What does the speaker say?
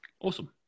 Awesome